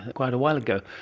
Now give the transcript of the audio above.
quite a while ago.